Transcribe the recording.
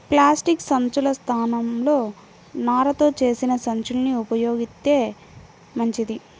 plastic సంచుల స్థానంలో నారతో చేసిన సంచుల్ని ఉపయోగిత్తే మంచిది